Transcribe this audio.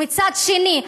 ומצד שני,